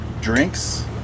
drinks